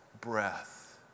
breath